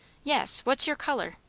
yes. what's your colour?